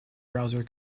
browser